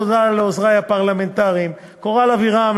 תודה לעוזרי הפרלמנטריים קורל אבירם,